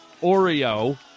Oreo